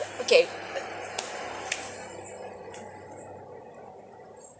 okay